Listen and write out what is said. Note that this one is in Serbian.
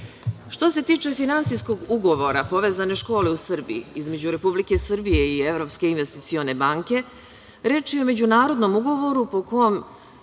se tiče Finansijskog ugovora „Povezane škole u Srbiji“ između Republike Srbije i Evropske investicione banke, reč je o međunarodnom ugovoru po kom